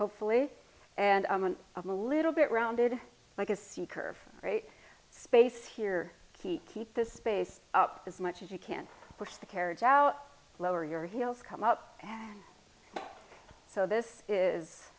hopefully and i'm a little bit rounded like a seam curve rate space here keep keep this space up as much as you can push the carriage out lower your heels come up and so this is